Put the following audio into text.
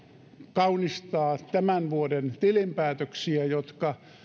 kaunistaa tämän vuoden tilinpäätöksiä jotka